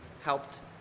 helped